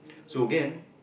so again